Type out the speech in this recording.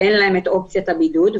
כי אין להם אופציית בידוד.